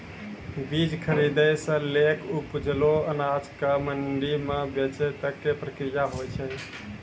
बीज खरीदै सॅ लैक उपजलो अनाज कॅ मंडी म बेचै तक के प्रक्रिया हौय छै